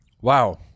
wow